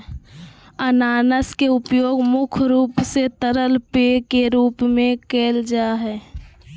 अनानास के उपयोग मुख्य रूप से तरल पेय के रूप में कईल जा हइ